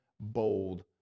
bold